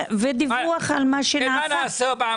ודיווח על מה שנעשה בשנה שעברה.